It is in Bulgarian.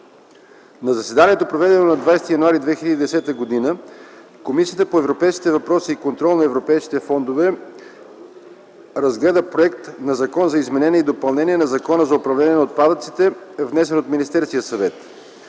На заседанието, проведено на 11 януари 2010 г., Комисията по европейските въпроси и контрол на европейските фондове разгледа Законопроекта за изменение и допълнение на Закона за управление на отпадъците, внесен от Министерския съвет.